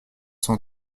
cent